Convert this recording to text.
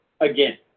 again